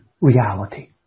reality